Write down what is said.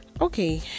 Okay